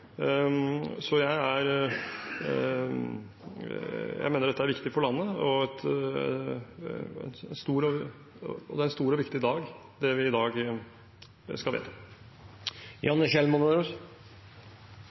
Så det er ambisiøst, men det er samtidig realistisk å gjennomføre. Jeg mener dette er viktig for landet, og dette er en stor og viktig dag, med tanke på det vi skal vedta i dag.